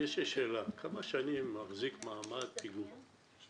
יש לי שאלה: כמה שנים מחזיק מעמד פיגום?